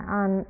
on